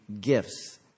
gifts